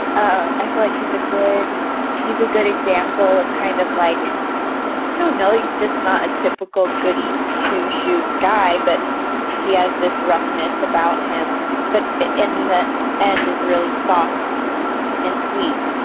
ah i feel like he's a good he's a good example of kind of like no no he's just not a typical goody two shoes guy but he has this roughness about him but in the end is really soft and sweet.